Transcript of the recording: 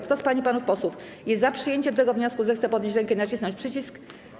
Kto z pań i panów posłów jest za przyjęciem tego wniosku, zechce podnieść rękę i nacisnąć przycisk.